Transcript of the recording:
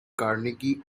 carnegie